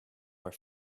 were